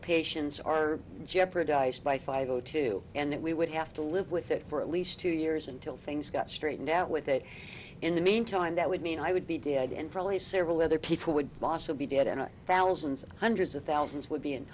patients are jeopardized by five o two and we would have to live with it for at least two years until things got straightened out with that in the meantime that would mean i would be dead and probably several other people would boss would be dead and thousands hundreds of thousands would be